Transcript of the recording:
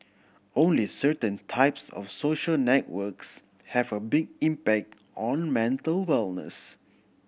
only certain types of social networks have a big impact on mental wellness